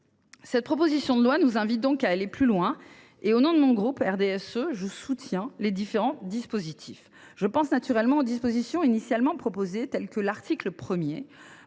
Cette proposition de loi nous invite donc à aller plus loin. Au nom de mon groupe, je soutiens les différents dispositifs qu’elle comporte. Je pense naturellement aux dispositions initialement proposées, par exemple à l’article 1,